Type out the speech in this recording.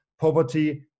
poverty